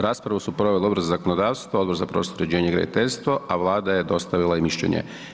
Raspravu su proveli Odbor za zakonodavstvo, Odbor za prostorno uređenje i graditeljstvo, a Vlada je dostavila i mišljenje.